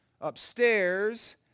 upstairs